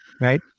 right